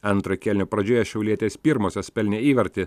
antro kėlinio pradžioje šiaulietės pirmosios pelnė įvartį